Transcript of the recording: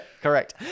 correct